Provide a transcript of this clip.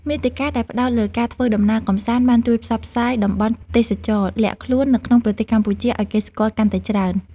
មាតិកាដែលផ្ដោតលើការធ្វើដំណើរកម្សាន្តបានជួយផ្សព្វផ្សាយតំបន់ទេសចរណ៍លាក់ខ្លួននៅក្នុងប្រទេសកម្ពុជាឱ្យគេស្គាល់កាន់តែច្រើន។